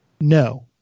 no